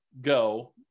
go